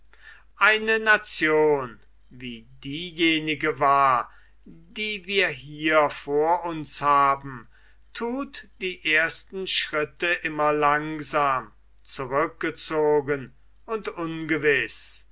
eine nation wie diejenige war die wir hier vor uns haben thut die ersten schritte immer langsam zurückgezogen und ungewiß